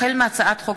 החל בהצעת חוק